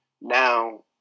Now